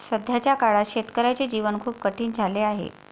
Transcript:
सध्याच्या काळात शेतकऱ्याचे जीवन खूप कठीण झाले आहे